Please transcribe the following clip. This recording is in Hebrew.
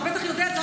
אתה בטח יודע את זה.